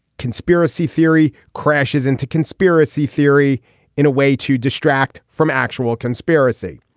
conspiracy theory crashes into conspiracy theory in a way to distract from actual conspiracy.